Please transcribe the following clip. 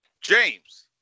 James